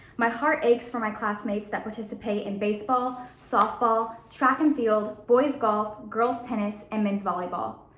my heart aches for my classmates that participate in baseball, softball, track and field, boy's golf, girl's tennis, and men's volleyball.